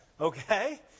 Okay